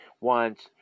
wants